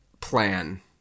plan